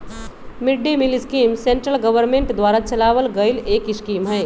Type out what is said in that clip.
mid day meal scheme central government द्वारा चलावल गईल एक स्कीम हई